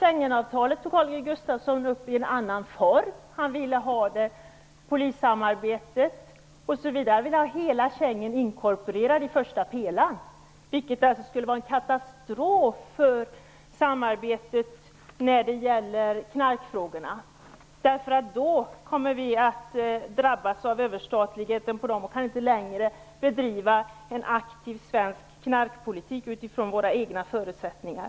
Schengen-avtalet tog Holger Gustafsson upp i en annan form. Han ville ha polissamarbete. Han ville ha hela Schengen inkorporerad i första pelaren, vilket skulle vara en katastrof för samarbetet när det gäller knarkfrågorna. Då skulle vi drabbas av överstatligheten och inte längre kunna bedriva en aktiv svensk knarkpolitik utifrån våra egna förutsättningar.